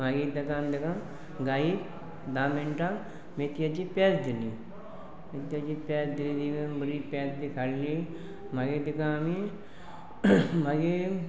मागीर तेका आमी तेका गाईक धा मिनटां मेथयेची पेज दिली मेथयाची पेज दिली दिवन बरी पेज ती काडली मागीर तेका आमी मागीर